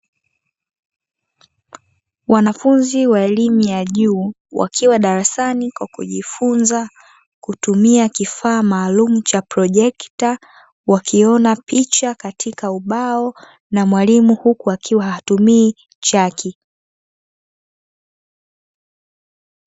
Wanafunzi wa elimu ya juu wakiwa darasani kwa kujifunza kutumia kifaa maalumu cha projekta, wakiona picha katika ubao na mwalimu huku akiwa hatumii chaki.